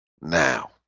Now